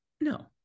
no